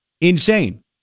insane